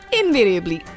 invariably